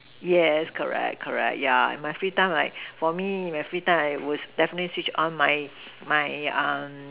yes correct correct ya in my free time like for me in my free time I would definitely Switch on my my uh